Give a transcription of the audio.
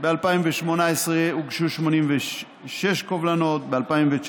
ב-2018 הוגשו 86 קובלנות, ב-2019,